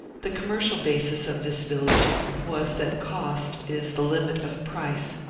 the commercial basis of this village was that cost is the limit of price,